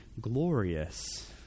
glorious